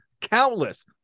countless